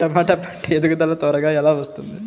టమాట పంట ఎదుగుదల త్వరగా ఎలా వస్తుంది?